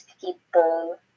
people